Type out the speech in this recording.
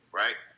right